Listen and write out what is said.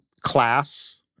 class